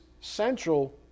central